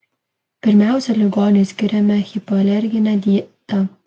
pirmiausia ligoniui skiriame hipoalerginę dietą